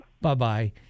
Bye-bye